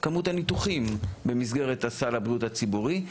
כמות הניתוחים במסגרת סל הבריאות הציבורי,